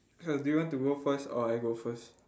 hello do you want to go first or I go first